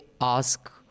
ask